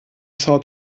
são